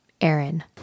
Aaron